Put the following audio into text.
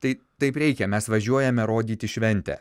tai taip reikia mes važiuojame rodyti šventę